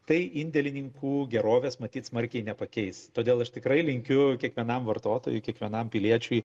tai indėlininkų gerovės matyt smarkiai nepakeis todėl aš tikrai linkiu kiekvienam vartotojui kiekvienam piliečiui